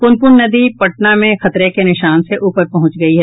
प्रनप्रन नदी पटना में खतरे के निशान से ऊपर पहुंच गयी है